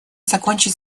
закончить